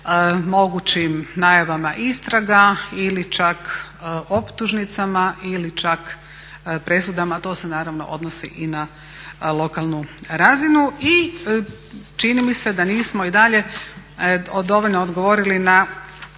mogućim najavama istraga ili čak optužnicama ili čak presudama. To se naravno odnosi i na lokalnu razinu. I čini mi se da nismo i dalje dovoljno odgovorili na